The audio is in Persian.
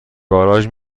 گاراژ